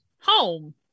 home